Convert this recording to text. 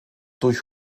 durch